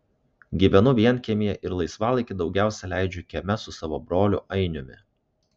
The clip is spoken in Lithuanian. gyvenu vienkiemyje ir laisvalaikį daugiausiai leidžiu kieme su savo broliu ainiumi